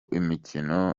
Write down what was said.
imikino